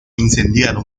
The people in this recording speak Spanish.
incendiado